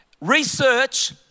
Research